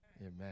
Amen